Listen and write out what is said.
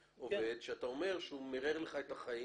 עובד שאתה אומר שהוא מרר לך את החיים